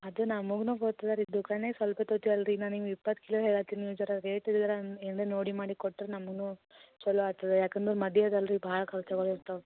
ಅದು ನಮಗುನು ಗೊತ್ತದೆ ರೀ ದುಕಾನೆ ಸ್ವಲ್ಪತ್ತು ಜಲ್ದಿ ನಾನು ನಿಮ್ಗೆ ಇಪ್ಪತ್ತು ಕಿಲೋ ಹೇಳತೀನಿ ಜರಾ ರೇಟ್ ಜರ ಏನರ ನೋಡಿ ಮಾಡಿ ಕೊಟ್ರೆ ನಮಗುನು ಛಲೋ ಆತದೆ ಯಾಕಂದ್ರೆ ಮದಿ ಅದಲ್ಲ ರೀ ಭಾಳ ಖರ್ಚ್ಗಳು ಇರ್ತಾವೆ